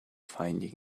finding